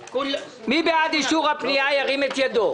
מי בעד אישור הפנייה, ירים את ידו.